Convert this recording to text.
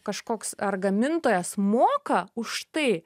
kažkoks ar gamintojas moka už tai